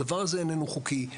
הדבר הזה איננו חוקי,